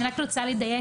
אני רק רוצה לדייק,